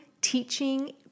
teaching